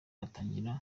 batangira